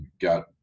got